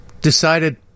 decided